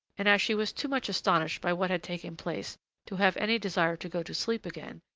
and as she was too much astonished by what had taken place to have any desire to go to sleep again,